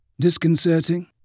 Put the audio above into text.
disconcerting